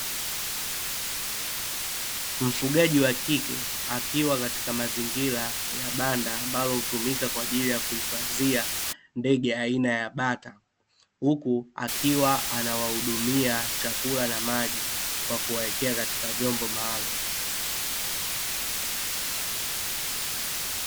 Mfugaji wa kike akiwa katika mazingira ya banda ambalo hutumika kwa ajili ya kuhifadhia ndege aina ya bata, huku akiwa anawahudumia chakula na maji kwa kuwawekea katika vyombo maalumu.